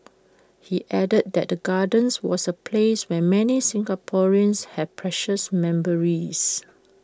he added that the gardens was A place where many Singaporeans have precious memories